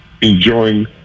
enjoying